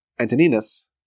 Antoninus